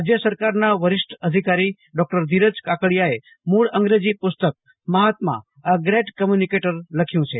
રાજ્ય સરકારના વરિષ્ઠ અધિકારી ડોક્ટર ધીરજ કાકડીયાએ મૂળ અંગ્રેજી પુસ્તક મહાત્મા અ ગ્રેટ કોમ્યુનિકેટર લખ્યું છે